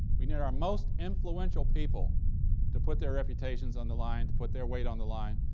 we need our most influential people to put their reputations on the line, to put their weight on the line,